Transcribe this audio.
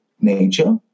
nature